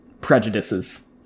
prejudices